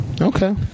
Okay